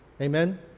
Amen